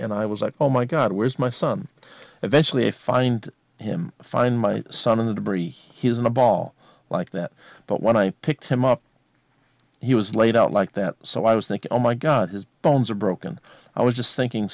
and i was like oh my god where is my son eventually find him find my son in the debris he's in a ball like that but when i picked him up he was laid out like that so i was thinking oh my god his bones are broken i was just thinking